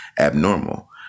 abnormal